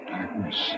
Darkness